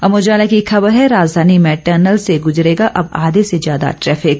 अमर उजाला की एक खबर है राजधानी में टनल से गुजरेगा अब आधे से ज्यादा ट्रैफिक